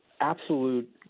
absolute